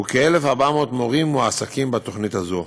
וכ-1,400 מורים מועסקים בתוכנית הזאת.